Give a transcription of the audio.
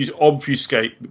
obfuscate